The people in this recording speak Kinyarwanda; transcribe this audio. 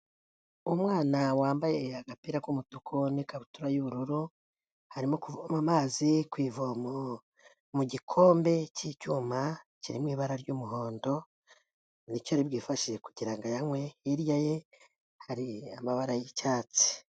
Umwana wambaye agapira k'umutuku n'ikabutura y'ubururu, arimo kuvoma amazi ku ivomo mu gikombe cy'icyuma kiri mu ibara ry'umuhondo, ni cyo ari bwifashishe kugira ngo ayanywe, hirya ye hari amabara y'icyatsi.